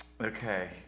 Okay